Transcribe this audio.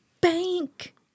bank